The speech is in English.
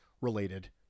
related